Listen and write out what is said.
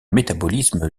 métabolisme